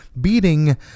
beating